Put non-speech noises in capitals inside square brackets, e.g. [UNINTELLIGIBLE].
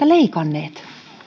[UNINTELLIGIBLE] leikanneet